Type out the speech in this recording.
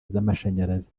z’amashanyarazi